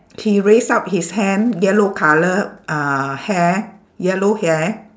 he raised up his hand yellow colour uh hair yellow hair